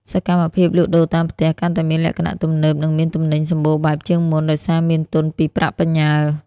សកម្មភាពលក់ដូរតាមផ្ទះ កាន់តែមានលក្ខណៈទំនើប និងមានទំនិញសម្បូរបែបជាងមុន ដោយសារមានទុនពីប្រាក់បញ្ញើ។